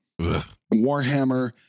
Warhammer